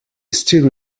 still